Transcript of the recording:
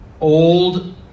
old